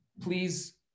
please